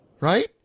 Right